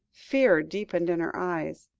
fear deepened in her eyes.